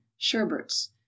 sherberts